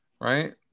right